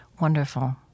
wonderful